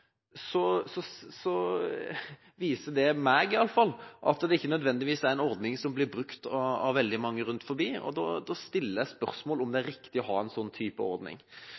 det meg at det ikke nødvendigvis er en ordning som blir brukt av veldig mange rundt omkring. Da stiller jeg spørsmål om det er riktig å ha en sånn type ordning.